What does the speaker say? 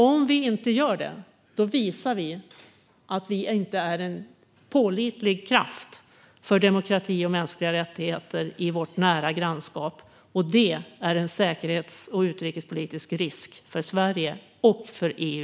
Om vi inte gör det visar vi att vi inte är en pålitlig kraft för demokrati och mänskliga rättigheter i vårt nära grannskap, och det är en säkerhets och utrikespolitisk risk för Sverige och för EU.